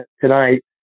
tonight